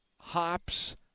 hops